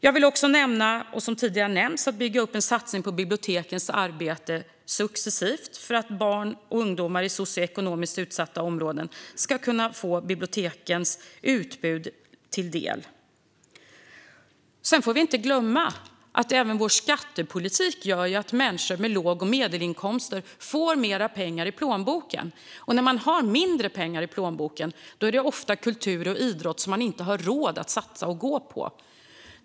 Jag vill också nämna att vi vill bygga upp en satsning på bibliotekens arbete successivt, för att barn och ungdomar i socioekonomiskt utsatta områden ska kunna få del av bibliotekens utbud. Sedan får vi inte glömma att också vår skattepolitik gör att människor med låga inkomster och medelinkomster får mer pengar i plånboken. När man har mindre pengar i plånboken är det ofta kultur och idrott som man inte har råd att satsa på.